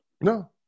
no